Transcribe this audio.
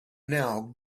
now